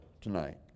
tonight